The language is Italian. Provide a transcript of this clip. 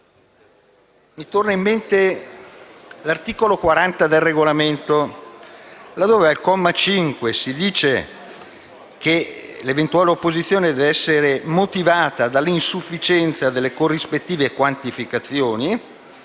Mi torna in mente l'articolo 40 del Regolamento laddove, al comma 5, si dice che l'eventuale opposizione deve essere motivata dalla: «insufficienza delle corrispettive quantificazioni»,